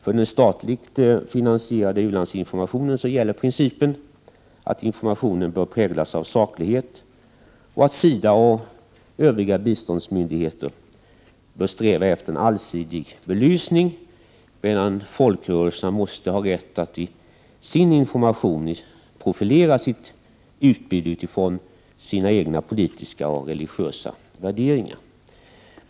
För den statligt finansierade u-landsinformationen gäller principen att informationen bör präglas av saklighet och att SIDA och övriga biståndsmyndigheter bör sträva efter en allsidig belysning, medan folkrörelserna måste ha rätt att i sin information profilera sitt utbud utifrån sina egna politiska och religiösa värderingar.